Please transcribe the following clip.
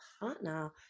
partner